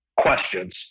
questions